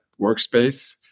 workspace